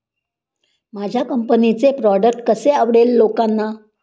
माझ्या कंपनीचे प्रॉडक्ट कसे आवडेल लोकांना?